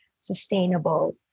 sustainable